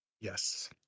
Yes